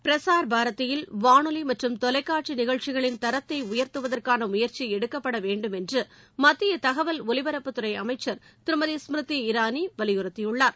பிரசார் பாரதியில் வானொலி மற்றும் தொலைக்காட்சி நிகழ்ச்சிகளின் தரத்தை உயர்த்துவதற்கான முயற்சி எடுக்கப்பட வேண்டும் என்று மத்திய தகவல் ஒலிபரப்புத் துறை அமைச்சர் திருமதி ஸ்மிருதி இரானி வலியுறுத்தியுள்ளார்